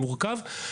הזה.